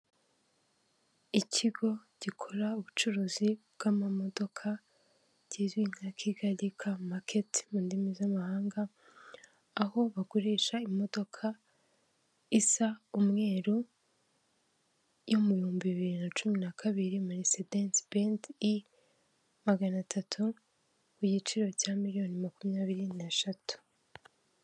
Ikigo gikora ubucuruzi bw'amamodoka kizwi nka Kigali kamaketi mu ndimi z'amahanga, aho bagurisha imodoka isa umweru yo mu bihumbi bibiri na cumi na kabiri merisedesi benzi i maganatatu ku giciro cya miliyoni makumyabiri n'eshatu.